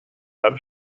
have